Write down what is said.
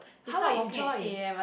how about you join